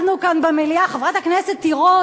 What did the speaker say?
חברת הכנסת תירוש,